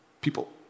people